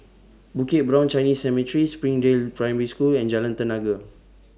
Bukit Brown Chinese Cemetery Springdale Primary School and Jalan Tenaga